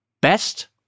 Best